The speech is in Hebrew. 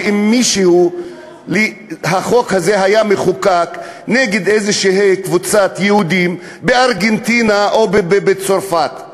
אם החוק הזה היה מחוקק נגד איזו קבוצת יהודים בארגנטינה או בצרפת,